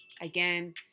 again